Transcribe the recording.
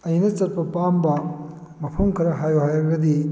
ꯑꯩꯅ ꯆꯠꯄ ꯄꯥꯝꯕ ꯃꯐꯝ ꯈꯔ ꯍꯥꯏꯌꯨ ꯍꯥꯏꯔꯒꯗꯤ